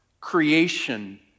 creation